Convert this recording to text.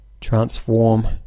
transform